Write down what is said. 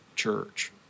Church